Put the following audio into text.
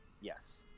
Yes